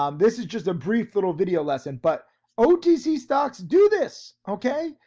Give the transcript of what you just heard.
um this is just a brief little video lesson but otc stocks do this. okay,